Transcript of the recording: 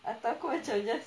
atau aku macam just